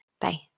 Bye